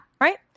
Right